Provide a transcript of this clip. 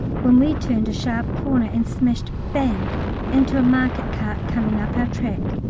when we turned a sharp corner and smashed bang into a market-cart coming up our track.